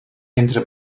entre